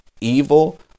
evil